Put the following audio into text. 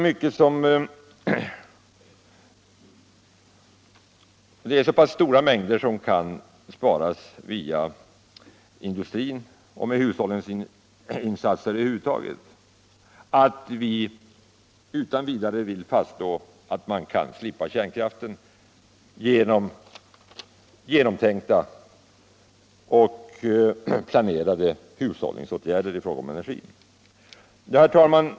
Det är så pass stora mängder som kan sparas via industrin och med hushållningsinsatser över huvud taget att vi utan vidare vill fastslå att man kan slippa kärnkraften enbart på grund av genomtänkta och planerade hushållningsåtgärder i fråga om energi. Herr talman!